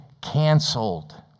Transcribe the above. canceled